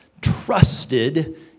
trusted